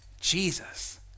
Jesus